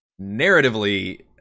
narratively